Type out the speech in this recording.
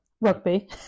rugby